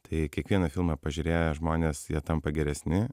tai kiekvieną filmą pažiūrėję žmonės jie tampa geresni